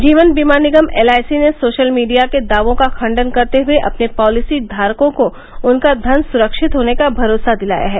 जीवन बीमा निगम एलआईसी ने सोशल मीडिया के दावो का खंडन करते हुए अपने पॅलिसी धारकों को उनका धन सुरक्षित होने का भरोसा दिलाया है